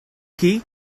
key